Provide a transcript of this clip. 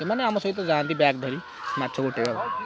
ସେମାନେ ଆମ ସହିତ ଯାଆନ୍ତି ବ୍ୟାଗ୍ ଧରି ମାଛ ଗୋଟାଇବାକୁ